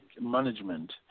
management